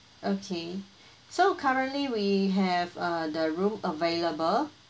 okay so currently we have uh the room available